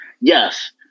Yes